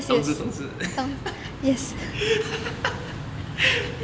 冬至冬至